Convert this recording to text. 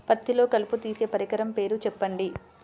పత్తిలో కలుపు తీసే పరికరము పేరు చెప్పండి